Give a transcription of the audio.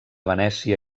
venècia